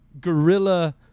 guerrilla